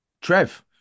Trev